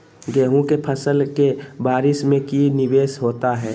गेंहू के फ़सल के बारिस में की निवेस होता है?